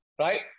right